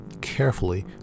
carefully